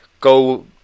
go